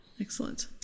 Excellent